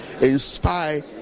inspire